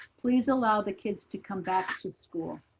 please allow the kids to come back to school.